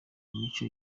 micho